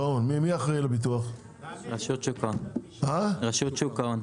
אנחנו רוצים לראות איך אנחנו מכניסים את הסעיף שהיה בחוק ההסדרים,